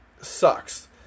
sucks